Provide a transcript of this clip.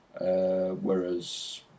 whereas